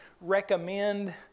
recommend